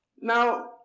Now